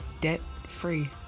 debt-free